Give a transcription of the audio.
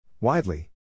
Widely